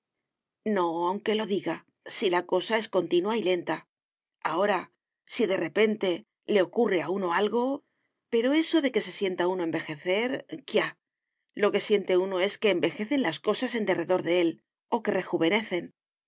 no aunque lo diga si la cosa es continua y lenta ahora si de repente le ocurre a uno algo pero eso de que se sienta uno envejecer quia lo que siente uno es que envejecen las cosas en derredor de él o que rejuvenecen